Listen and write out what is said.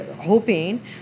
hoping